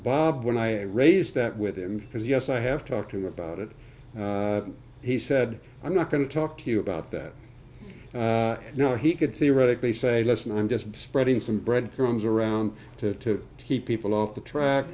bob when i raised that with him because yes i have talked to him about it he said i'm not going to talk to you about that you know he could theoretically say listen i'm just spreading some breadcrumbs around to keep people off the track